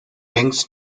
links